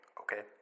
Okay